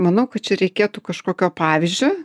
manau kad čia reikėtų kažkokio pavyzdžio